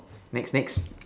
next next